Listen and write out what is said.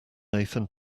nathan